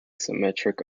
symmetric